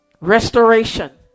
Restoration